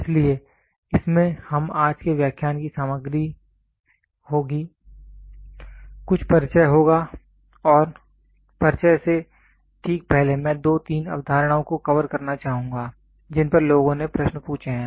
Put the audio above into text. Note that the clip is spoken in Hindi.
इसलिए इसमें हम आज के व्याख्यान की सामग्री होगी मेरा कुछ परिचय होगा और परिचय से ठीक पहले मैं दो तीन अवधारणाओं को कवर करना चाहूँगा जिन पर लोगों ने प्रश्न पूछे हैं